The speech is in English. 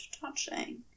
touching